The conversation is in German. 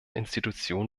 institution